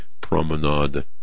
Promenade